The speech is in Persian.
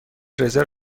رزرو